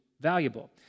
valuable